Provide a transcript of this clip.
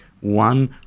one